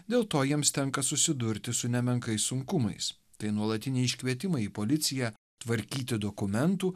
dėl to jiems tenka susidurti su nemenkais sunkumais tai nuolatiniai iškvietimai į policiją tvarkyti dokumentų